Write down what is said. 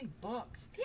bucks